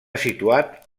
situat